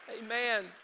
Amen